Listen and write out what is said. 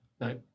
No